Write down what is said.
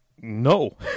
No